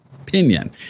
opinion